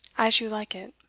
as you like it.